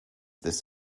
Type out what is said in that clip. this